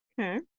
Okay